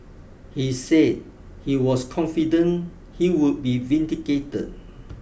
he said he was confident he would be vindicated